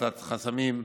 הפחתת חסמים,